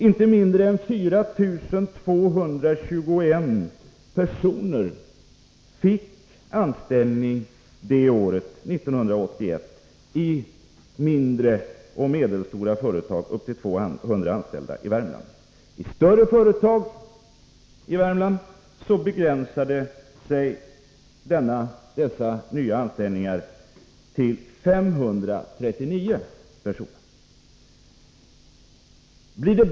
Inte mindre än 4 221 personer fick anställning år 1981 i mindre och medelstora företag med upp till 200 anställda i Värmland. I större företag i Värmland begränsade sig nyanställningarna till 539 personer.